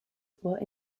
were